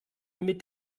mit